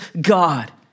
God